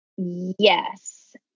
Yes